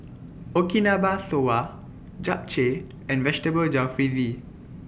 Okinawa Soba Japchae and Vegetable Jalfrezi